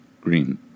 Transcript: Green